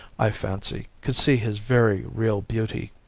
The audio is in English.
i fancy, could see his very real beauty.